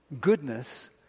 goodness